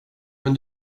men